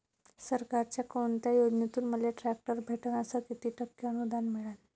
सरकारच्या कोनत्या योजनेतून मले ट्रॅक्टर भेटन अस किती टक्के अनुदान मिळन?